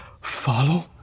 Follow